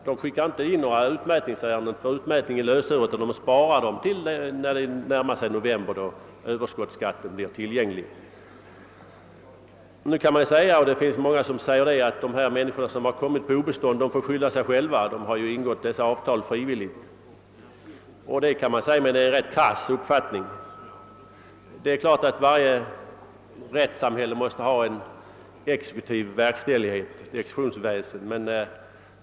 De skickar inte in några ärenden rörande utmätning i lösöre utan väntar till fram mot november månad, när Ööverskottsskatten blir tillgänglig. Nu kan man säga — och det finns många som gör det — att dessa människor som kommit på obestånd får skylla sig själva; de har ju ingått avtalen frivilligt. Detta är emellertid en rätt krass uppfattning. Självfallet måste varje rättssamhälle ha en exekutiv verkställighet, ett exekutionsväsen.